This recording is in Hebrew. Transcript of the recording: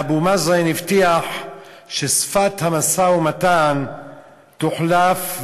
ואבו מאזן הבטיח ששפת המשא-ומתן תוחלף,